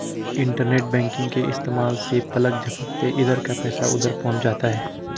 internet banking के इस्तेमाल से पलक झपकते इधर का पैसा उधर पहुँच जाता है